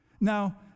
Now